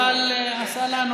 אבל עשה לנו,